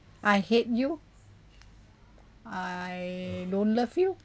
I hate you I don't love you